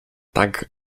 tak